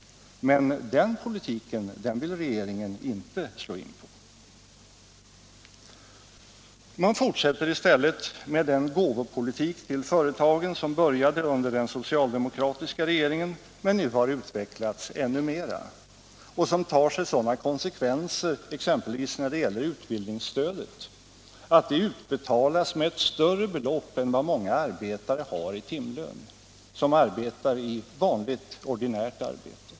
Men den vägen vill regeringen inte slå in på. Man fortsätter i stället med den gåvopolitik i förhållande till företagen som började under den socialdemokratiska regeringen men som nu har utvecklats ännu mera. Den tar sig sådana konsekvenser, exempelvis när det gäller utbildningsstödet, att det utbetalas med ett större belopp än vad många arbetare har i timlön för ordinärt arbete.